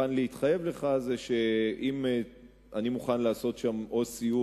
מה שאני מוכן להתחייב עליו בפניך הוא שאני מוכן לעשות שם או סיור